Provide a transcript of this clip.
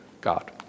God